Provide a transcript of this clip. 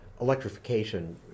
Electrification